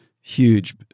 huge